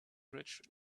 bridge